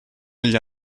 agli